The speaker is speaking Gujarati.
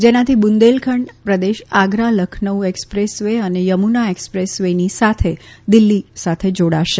જેનાથી બુંદેલખંડ પ્રદેશ આગ્રા લખનૌ એકસપ્રેસ વે અને થમુના એકસપ્રેસ વે ની સાથે દિલ્ફી સાથે જોડાશે